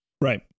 Right